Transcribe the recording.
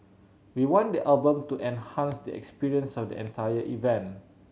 we want the album to enhance the experience of the entire event